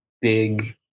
big